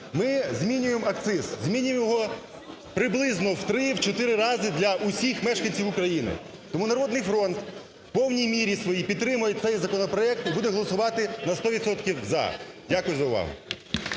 Ми змінюємо акциз, змінюємо його приблизно в 3, в 4 рази для усіх мешканців України. Тому "Народний фронт" в повній мірі своїй підтримує цей законопроект і буде голосувати на сто відсотків "за". Дякую за увагу.